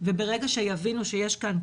וברגע שיבינו שיש כאן,